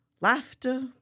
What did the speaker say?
Laughter